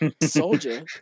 Soldier